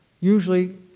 usually